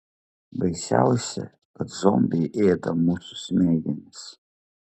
baisiausia kad zombiai ėda mūsų smegenis